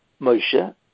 Moshe